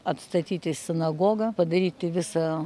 atstatyti sinagogą padaryti visą